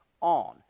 on